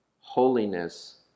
Holiness